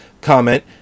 comment